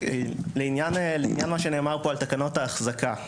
לעניין מה שנאמר פה על תקנות ההחזקה,